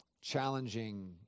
Challenging